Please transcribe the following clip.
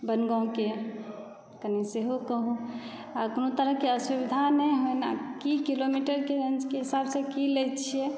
बनगाँवके कनी सेहो कहू आ कोनो तरहके असुविधा नहि होनि आ की किलोमीटरके रेंजके हिसाबसँ की लै छियै